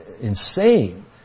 insane